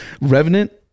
Revenant